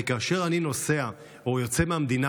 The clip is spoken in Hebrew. כי כאשר אני נוסע או יוצא מהמדינה,